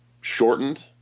shortened